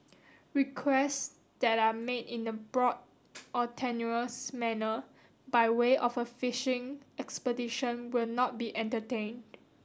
requests that are made in a broad or tenuous manner by way of a fishing expedition will not be entertained